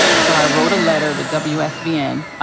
so i wrote a letter to wsvn,